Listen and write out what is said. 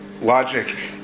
logic